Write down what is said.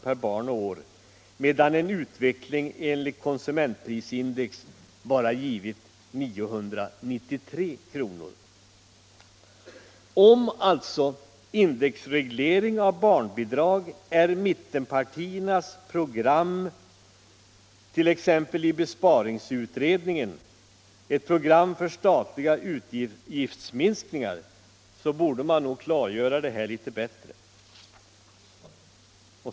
per barn och år, medan en utveckling enligt konsumentprisindex bara givit 993 kr. Om alltså indexreglering av barnbidrag är mittenpartiernas program —t.ex. i besparingsutredningen — för statliga utgiftsminskningar, så borde det nog klargöras litet bättre!